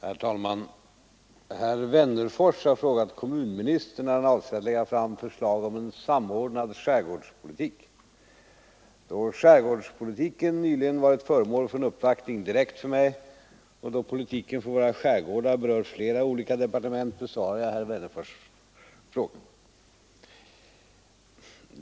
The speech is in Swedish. Herr talman! Herr Wennerfors har frågat kommunministern när han avser att lägga fram förslag om samordnad skärgårdspolitik. Då skärgårdspolitiken nyligen varit föremål för en uppvaktning direkt hos mig och då politiken för våra skärgårdar berör flera olika departement besvarar jag herr Wennerfors” fråga.